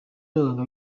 n’abaganga